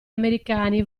americani